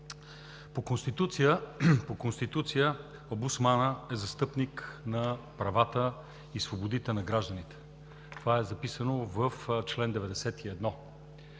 По Конституция омбудсманът е застъпник на правата и свободите на гражданите. Това е записано в чл. 91.